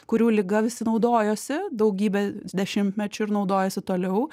kurių liga visi naudojosi daugybę dešimtmečių ir naudojasi toliau